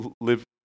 live